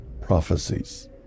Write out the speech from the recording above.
prophecies